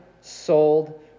sold